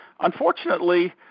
unfortunately